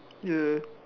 ya